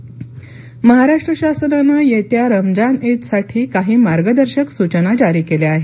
रमदान ईद महाराष्ट्र शासनाने येत्या रमदान ईद साठी काही मार्गदर्शक सूचना जारी केल्या आहेत